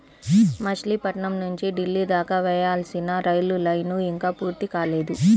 మచిలీపట్నం నుంచి ఢిల్లీ దాకా వేయాల్సిన రైలు లైను ఇంకా పూర్తి కాలేదు